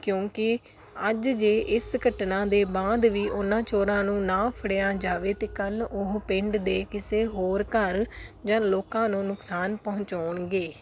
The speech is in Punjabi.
ਕਿਉਂਕਿ ਅੱਜ ਜੇ ਇਸ ਘਟਨਾ ਦੇ ਬਾਅਦ ਵੀ ਉਹਨਾਂ ਚੋਰਾਂ ਨੂੰ ਨਾ ਫੜਿਆ ਜਾਵੇ ਅਤੇ ਕੱਲ੍ਹ ਉਹ ਪਿੰਡ ਦੇ ਕਿਸੇ ਹੋਰ ਘਰ ਜਾਂ ਲੋਕਾਂ ਨੂੰ ਨੁਕਸਾਨ ਪਹੁੰਚਾਉਣਗੇ